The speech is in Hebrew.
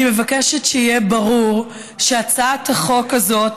אני מבקשת שיהיה ברור שהצעת החוק הזאת